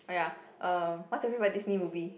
oh ya uh what's your favourite disney movie